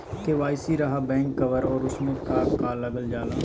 KYC रहा back cover और उसमें का का लागल जाला?